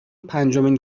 پنجمین